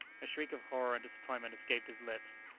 a shriek of horror and disappointment escaped his lips.